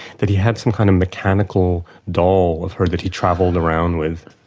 that he had some kind of mechanical doll of her that he travelled around with.